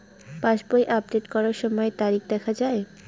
পাসবই update করার সময়ে তারিখ দেখা য়ায়?